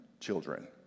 children